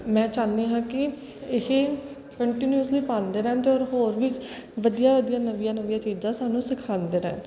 ਮੈਂ ਚਾਹੁੰਦੀ ਹਾਂ ਕਿ ਇਹ ਕੰਟੀਨਿਊਸਲੀ ਪਾਉਂਦੇ ਰਹਿਣ ਅਤੇ ਹੋਰ ਵੀ ਵਧੀਆ ਵਧੀਆ ਨਵੀਆਂ ਨਵੀਆਂ ਚੀਜ਼ਾਂ ਸਾਨੂੰ ਸਿਖਾਉਂਦੇ ਰਹਿਣ